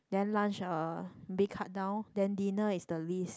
then lunch uh maybe cut down then dinner is the least